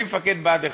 כשהייתי מפקד בה"ד 1,